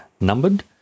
numbered